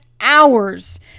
hours